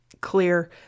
clear